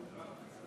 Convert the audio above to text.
בבקשה, בבקשה.